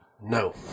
No